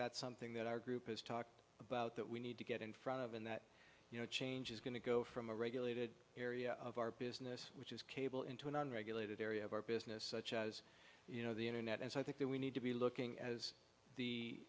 that's something that our group has talked about that we need to get in front of and that you know change is going to go from a regulated area of our business which is cable into an unregulated area of our business such as you know the internet and so i think that we need to be looking as the